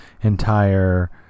entire